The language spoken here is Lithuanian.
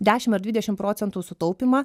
dešim ar dvidešim procentų sutaupymą